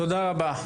תודה רבה.